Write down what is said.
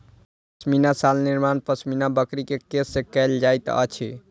पश्मीना शाल निर्माण पश्मीना बकरी के केश से कयल जाइत अछि